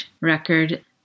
record